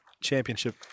championship